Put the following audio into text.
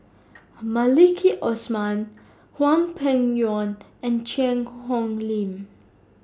Maliki Osman Hwang Peng Yuan and Cheang Hong Lim